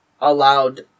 allowed